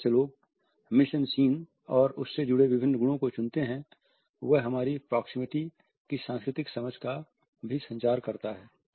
जिस तरह से लोग मिस एन सीन और उससे जुड़े विभिन्न गुणों को चुनते हैं वह हमारी प्रोक्सेमिटी की सांस्कृतिक समझ का भी संचार करता है